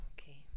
okay